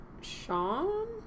Sean